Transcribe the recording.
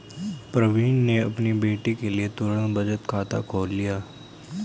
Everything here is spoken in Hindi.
प्रवीण ने अपनी बेटी के लिए तुरंत बचत खाता खोल लिया